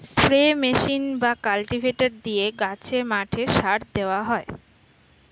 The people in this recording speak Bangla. স্প্রে মেশিন বা কাল্টিভেটর দিয়ে গাছে, মাঠে সার দেওয়া হয়